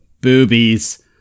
Boobies